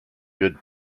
good